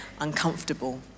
uncomfortable